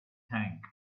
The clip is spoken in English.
tank